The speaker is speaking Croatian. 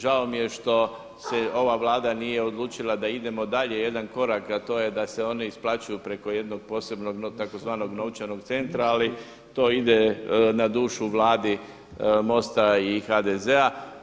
Žao mi je što se ova Vlada nije odlučila da idemo dalje jedan korak, a to je da se oni isplaćuju preko jednog posebnog tzv. novčanog centra, ali to ide na dušu Vladi MOST-a i HDZ-a.